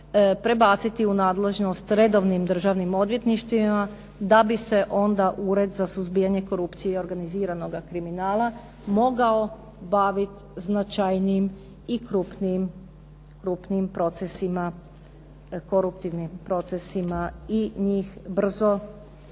prebaciti u nadležnost redovnim državnim odvjetništvima, da bi se onda Ured za suzbijanje korupcije i organiziranog kriminala mogao bavit značajnijim krupnijim koruptivnim procesima i njih brzo istražiti